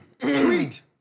Treat